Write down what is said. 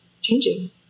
changing